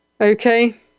Okay